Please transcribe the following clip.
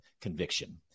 conviction